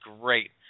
great